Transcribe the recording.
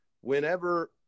whenever